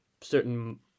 certain